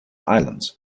island